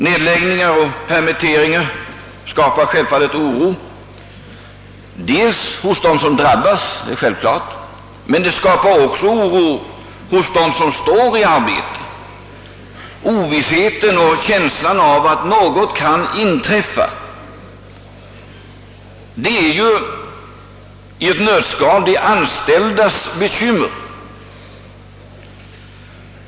Nedläggningar och permitteringar skapar givetvis oro, både hos dem som drabbas och hos dem som har arbete. Ovissheten och känslan av att något kan inträffa är ju i ett nötskal de anställdas bekymmer.